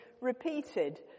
repeated